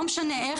לא משנה איך,